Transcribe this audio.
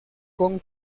con